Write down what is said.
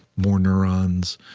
more neurons,